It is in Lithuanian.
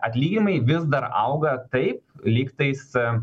atlyginimai vis dar auga taip lygtais